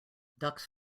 ducks